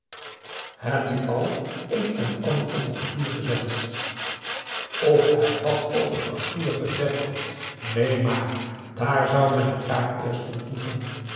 hebt u al een en ander op t papier gezet of hij wat op t papier gezet had neen maar daar zou men elkaar eerst ontmoeten